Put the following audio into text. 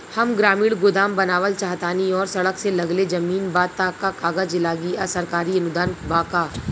हम ग्रामीण गोदाम बनावल चाहतानी और सड़क से लगले जमीन बा त का कागज लागी आ सरकारी अनुदान बा का?